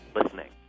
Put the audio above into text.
listening